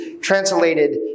translated